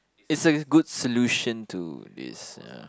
it's a good solution to this ya